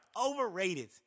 Overrated